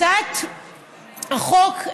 הצעת החוק,